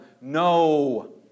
No